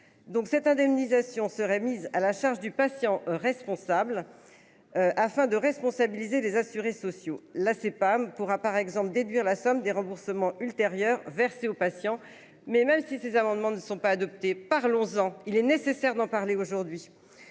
Donc cette indemnisation serait mise à la charge du patient responsable. Afin de responsabiliser les assurés sociaux. L'pam pourra par exemple déduire la somme des remboursements ultérieure verser aux patients. Mais même si ces amendements ne sont pas adoptés par le 11 ans il est nécessaire d'en parler aujourd'hui.